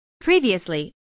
Previously